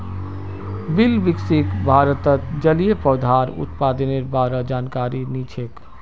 बिलकिसक भारतत जलिय पौधार उत्पादनेर बा र जानकारी नी छेक